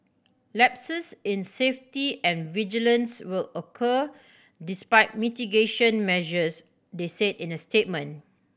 lapses in safety and vigilance will occur despite mitigation measures they said in a statement